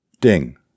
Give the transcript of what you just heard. Ding